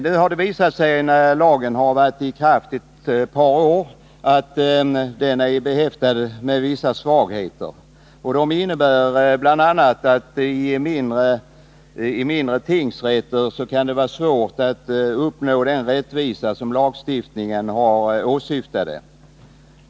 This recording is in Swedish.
Nu, när lagen har varit i kraft ett par år, har det visat sig att den är behäftad med vissa svagheter. En av dessa är att det i mindre tingsrätter kan vara svårt att uppnå den rättvisa som lagstiftningen åsyftade.